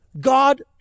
God